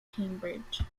cambridge